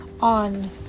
on